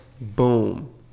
boom